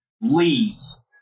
leaves